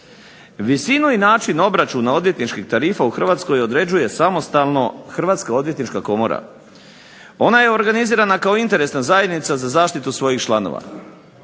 Visinu i način obračuna odvjetničkih tarifa u Hrvatskoj određuje samostalno Hrvatska odvjetnička komora. Ona je organizirana kao interesna zajednica za zaštitu svojih članova.